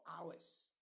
hours